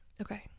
Okay